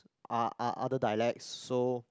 oth~ other dialects so